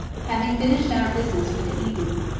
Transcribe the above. having finished our business for the evening,